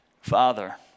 Father